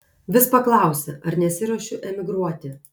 vis paklausia ar nesiruošiu emigruoti